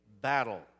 battle